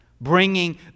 Bringing